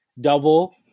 Double